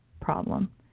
problem